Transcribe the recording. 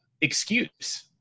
excuse